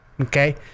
okay